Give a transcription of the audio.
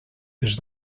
des